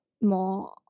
more